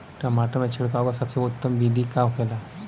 टमाटर में छिड़काव का सबसे उत्तम बिदी का होखेला?